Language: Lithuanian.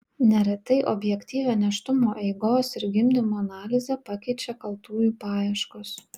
neretai objektyvią nėštumo eigos ir gimdymo analizę pakeičia kaltųjų paieškos